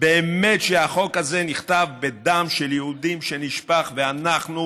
באמת שהחוק הזה נכתב בדם של יהודים שנשפך, ואנחנו